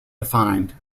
defined